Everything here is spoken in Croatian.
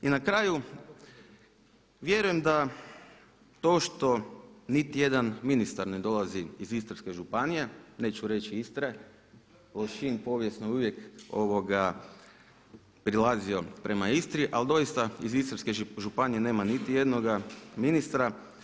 I na kraju, vjerujem da to što niti jedan ministar ne dolazi iz Istarske županije, neću reći Istre, Lošinj povijesno je uvijek prilazio prema Istri, ali doista iz Istarske županije nema niti jednoga ministra.